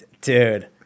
dude